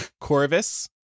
Corvus